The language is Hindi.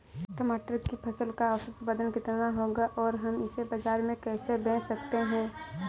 टमाटर की फसल का औसत उत्पादन कितना होगा और हम इसे बाजार में कैसे बेच सकते हैं?